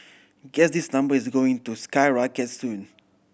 guess this number is going to skyrocket soon